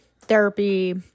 therapy